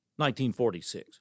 1946